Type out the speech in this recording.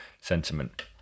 sentiment